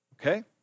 okay